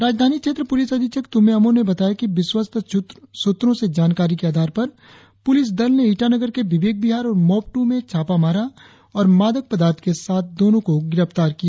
राजधानी क्षेत्र पुलिस अधीक्षक तुम्मे अमो ने बताया कि विश्वस्त सूत्रों से जानकारी के आधार पर पुलिस दल ने ईटानगर के विवेक विहार और मोब टू में छापा मारा और मादक पदार्थ के साथ दोनो को गिरफ्तार किया